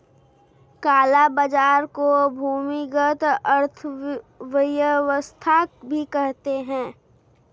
काला बाजार को भूमिगत अर्थव्यवस्था भी कहते हैं